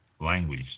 language